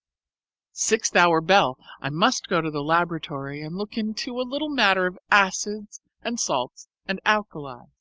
sixth-hour bell i must go to the laboratory and look into a little matter of acids and salts and alkalis.